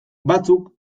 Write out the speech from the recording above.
batzuk